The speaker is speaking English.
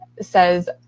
says